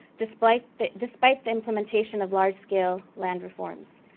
despite the despite the implementation of large-scale land reforms.